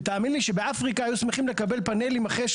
ותאמין לי שבאפריקה היו שמחים לקבל פנלים אחרי